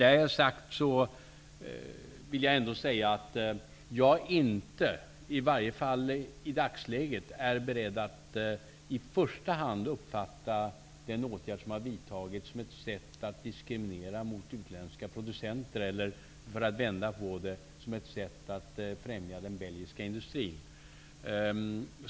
Jag vill ändå säga att jag åtminstone inte i dagsläget är beredd att i första hand uppfatta den åtgärd som har vidtagits som ett sätt att diskriminera utländska producenter eller, för att vända på det, som ett sätt att främja den belgiska industrin.